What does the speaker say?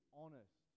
honest